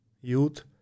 youth